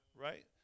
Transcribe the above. right